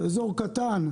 אזור קטן,